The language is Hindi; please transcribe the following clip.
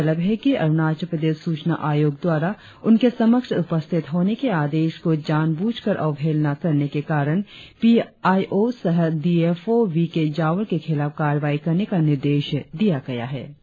गौरतलब है कि अरुणाचल प्रदेश सूचना आयोग द्वारा उनके समक्ष उपस्थित होने के आदेश को जानबूझकर अवहेलना करने के कारण पी आई ओ सह D F O V K Jawal के खिलाफ कार्रवाई करने का आदेश दिया गया है